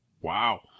Wow